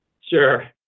Sure